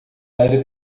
área